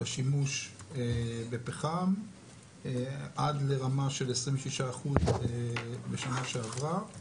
בשימוש בפחם עד לרמה של 26% בשנה שעברה,